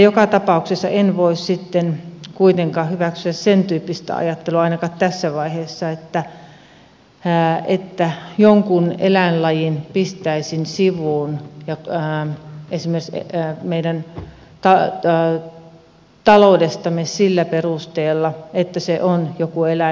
joka tapauksessa en voi sitten kuitenkaan hyväksyä sentyyppistä ajattelua ainakaan tässä vaiheessa että jonkun eläinlajin pistäisin sivuun esimerkiksi meidän taloudestamme sillä perusteella että se on joku eläin